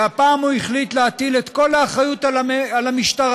והפעם הוא החליט להטיל את כל האחריות על המשטרה.